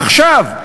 עכשיו,